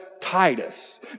Titus